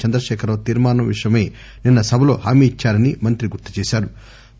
చంద్రశేఖర్ రావు తీర్మానం విషయమై నిన్న సభలో పోమీ ఇచ్చారని మంత్రి గుర్తుచేశారు